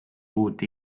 uut